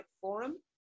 Forum